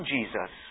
Jesus